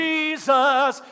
Jesus